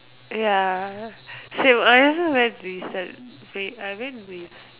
ya same I also very recent wait I went with